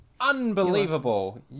Unbelievable